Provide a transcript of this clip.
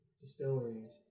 distilleries